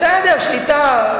שליטה?